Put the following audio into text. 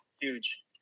Huge